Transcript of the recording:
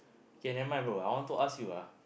okay nevermind bro I want to ask ah